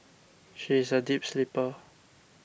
she is a deep sleeper